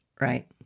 Right